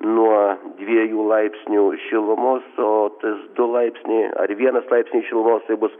nuo dviejų laipsnių šilumos o tas du laipsniai ar vienas laipsniai šilumos tai bus